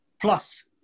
Plus